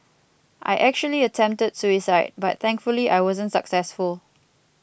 I actually attempted suicide but thankfully I wasn't successful